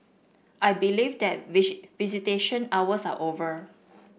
I believe that visitation hours are over